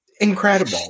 incredible